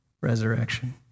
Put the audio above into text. Resurrection